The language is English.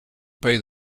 pay